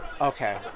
Okay